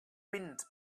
wind